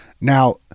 now